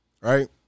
right